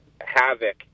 havoc